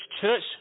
church